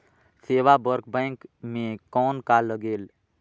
सेवा बर बैंक मे कौन का लगेल?